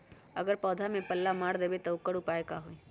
अगर पौधा में पल्ला मार देबे त औकर उपाय का होई?